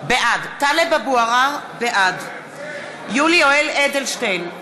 בעד יולי יואל אדלשטיין,